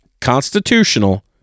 constitutional